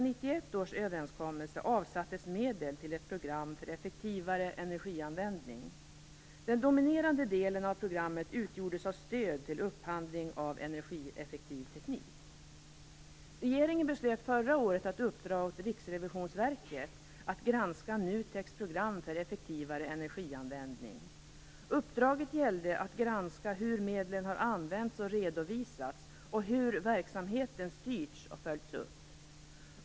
Regeringen beslöt förra året att uppdra åt Riksrevisionsverket, RRV, att granska NUTEK:s program för en effektivare energianvändning. Uppdraget gällde att granska hur medlen har använts och redovisats samt hur verksamheten har styrts och följts upp.